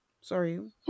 Sorry